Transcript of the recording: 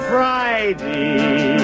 Friday